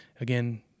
again